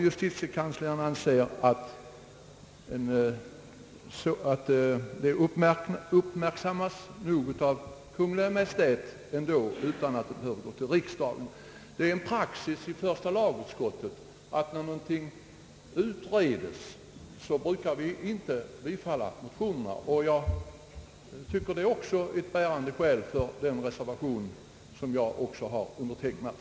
Justitiekanslern anser att frågan nog uppmärksammas av Kungl. Maj:t ändå, utan att riksdagen behöver skriva till Kungl. Maj:t. Det är praxis i första lagutskottet att inte bifalla en motion när den fråga det gäller är under utredning. Jag tycker att det också är ett bärande skäl för den reservation som även jag har undertecknat.